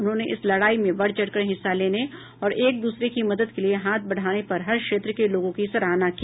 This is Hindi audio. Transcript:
उन्होंने इस लड़ाई में बढ़ चढ़कर हिस्सा लेने और एक दूसरे की मदद के लिए हाथ बढ़ाने पर हर क्षेत्र के लोगों की सराहना की